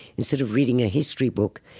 instead of reading a history book,